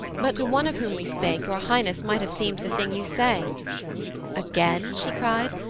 but to one of whom we spake your highness might have seemed the thing you say again? she cried,